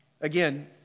again